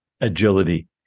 agility